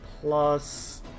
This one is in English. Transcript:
plus